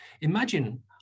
Imagine